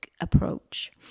approach